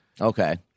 Okay